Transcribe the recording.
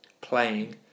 playing